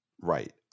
right